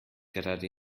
gerade